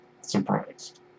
surprised